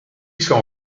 saw